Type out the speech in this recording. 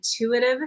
intuitive